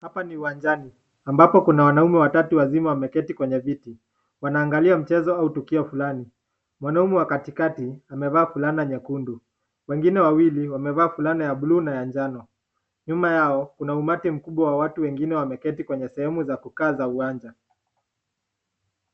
Hapa ni uwanjani ambapo kuna wanaume watatu wazima wame keti kwenye viti. Wanaangalia mchezo au tukio fulani. Mwanaume wa katikati amevaa fulana nyekundu wengine wawili wamevaa fulana ya blue na manjano nyuma yao kuna umati mkubwa wa watu, wengine wameketi kwenye sehemu za kukaa za uwanja.